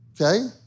Okay